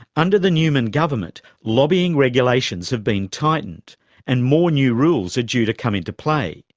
under the newman government, lobbying regulations have been tightened and more new rules are due to come into play.